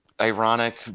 ironic